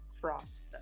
frost